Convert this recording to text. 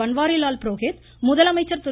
பன்வாரிலால் புரோஹித் முதலமைச்சர் திரு